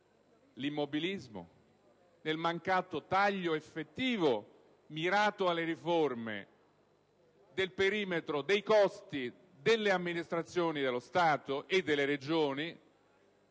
l'immobilismo nel mancato taglio effettivo mirato alle riforme del perimetro dei costi delle amministrazioni dello Stato e delle Regioni,